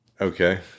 Okay